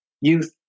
Youth